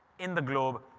in the globe,